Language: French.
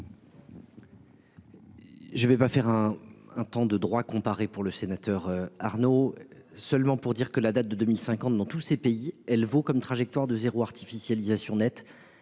Je vais pas faire un, un temps de droit comparé. Pour le sénateur Arnaud seulement pour dire que la date de 2050 dans tous ces pays elle vaut comme trajectoire de zéro artificialisation nette